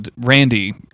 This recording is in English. Randy